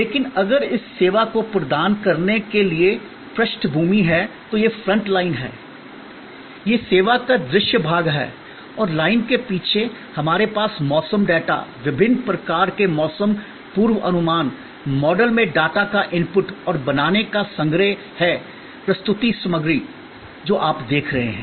लेकिन अगर इस सेवा को प्रदान करने के लिए पृष्ठभूमि है तो यह फ्रंट लाइन है यह सेवा का दृश्य भाग है और लाइन के पीछे हमारे पास मौसम डेटा विभिन्न प्रकार के मौसम पूर्वानुमान मॉडल में डेटा का इनपुट और बनाने का संग्रह है प्रस्तुति सामग्री जो आप देख रहे हैं